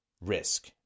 risk